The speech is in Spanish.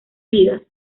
vidas